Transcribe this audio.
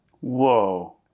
Whoa